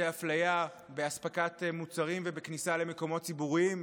אפליה באספקת מוצרים ובכניסה למקומות ציבוריים,